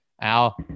al